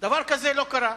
דבר כזה לא קרה.